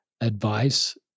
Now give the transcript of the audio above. advice